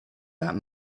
that